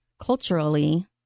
culturally